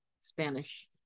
Spanish